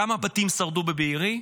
כמה בתים שרדו בבארי?